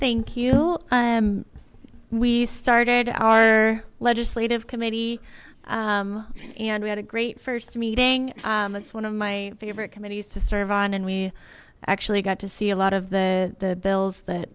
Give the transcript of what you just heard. well we started our legislative committee and we had a great first meeting it's one of my favorite committees to serve on and we actually got to see a lot of the bills that